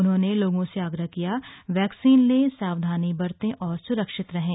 उन्होंने लोगों से आग्रह किया वैक्सीन लें सावधानी बरतें और सुरक्षित रहें